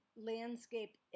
landscape